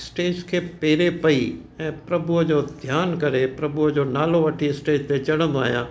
stage खे पेरु पई ऐं प्रभुअ जो ध्यानु करे प्रभुअ जो नालो वठी स्टेज ते चढ़ंदो आहियां